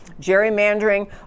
gerrymandering